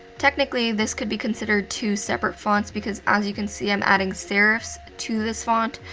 technically, this could be considered two separate fonts, because, as you can see, i'm adding serifs to this font,